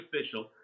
official